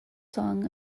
song